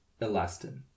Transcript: elastin